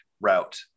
route